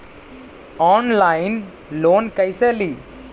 Online loan कैसे ली?